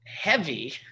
heavy